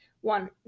one